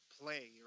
play